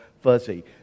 fuzzy